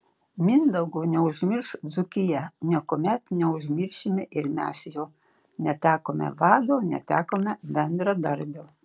mindaugo neužmirš dzūkija niekuomet neužmiršime ir mes jo netekome vado netekome bendradarbio